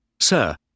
Sir